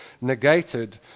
negated